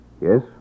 Yes